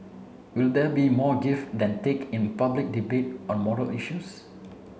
will there be more give than take in public debate on moral issues